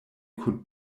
kun